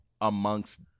amongst